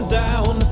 down